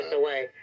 away